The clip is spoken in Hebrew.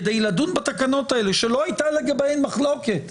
כדי לדון בתקנות האלה שלא הייתה לגביהן מחלוקת,